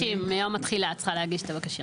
בתוך 18 חודשים מיום התחילה את צריכה להגיש את הבקשה.